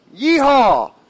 Yeehaw